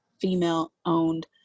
female-owned